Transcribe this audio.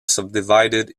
subdivided